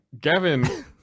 Gavin